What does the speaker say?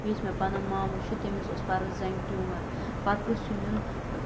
بیٚیہِ یُس مےٚ پَنُن ماموٗ چھُ تٔمِس اوس پَرُس زَنٛگہِ ٹوٗمَر پَتہٕ پیوٚو سُہ نِیُن